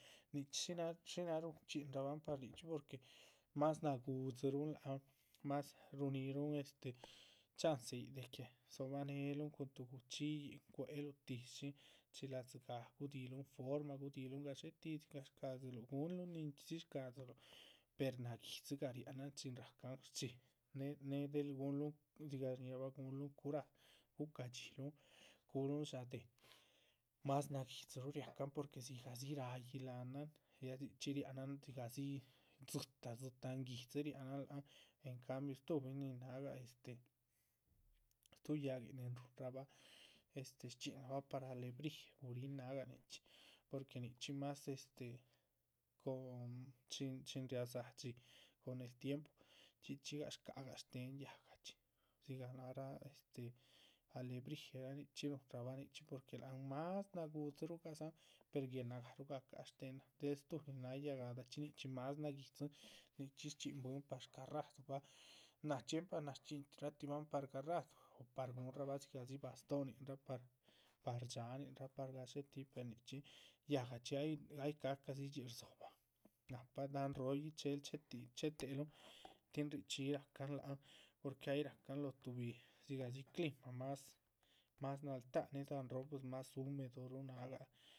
Nichxí shináha shináha ruchxín rahaban par nichxí porque más náhagudziruhun lác han, más ruhuninruhun estec chance yíc, de que dzóbanehelun cun tuh gu´chxiyuh. cuéluh tíshin, chiladzi gáha gudihilun forma gudihilun gadxé tih, dzigah shcádziluh guhunlun ninchxí dzi shcá dziluh, per náha guidzigah riánahan chin rahca. shchíhi néh néh del guhunluhn dzigah shñíhirabah guhunluhn curar gucaha dxíluhun, cuhulun dxá déhe, más naguidziruh riáhacan porque dzigah dzi ráyih láhanan ya dzichxí. riahnan dzigah dzi dzitá dzitáh nguídzi, riahnan lác han en cambio stuhubin nin náhaga este shtuhu yáhguihn nin ruhunrahbah este shchxinrabah par alebrije guríhin. nahga nichxí, porque nichxí más este con chin chin riadzá dxí con el tiempo chxí chxí gah shcac gah shtéhen yáhga chxi dzigah naharah este alebrijeraa nichxíraa ruhun. nichxí porque lac rahmah más nagúdziruh gadzan per guenagaruh rahcaha shtéhenan del stuh nin náha yáhgadahachxi nichxí mas naguidzin nichxí shchxínn- par shgadarruh. náha chxiepa náha shchxinrah tihban par garraduh par guhunrabah dzigah dzi bastóhonin ay par, par dxáhanin rah, par gadxétih par nichxí, yáhgachxi ay ay ca´cadzidxi. rdzóhoban nahpa dahán róho yíc, chéhel ché teheluhn tin richxíyi rahcan lác han, porque ay rahcahan lóho tuhbi dzigahdzi clima más más naltác néhe dahán róho. pues más humedo ruh náhgah.